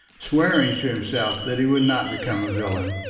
swearing to himself that he would not become a villain,